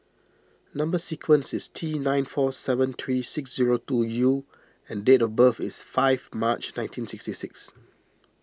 Number Sequence is T nine four seven three six zero two U and date of birth is five March nineteen sixty six